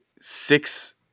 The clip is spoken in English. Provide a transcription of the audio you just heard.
six